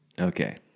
Okay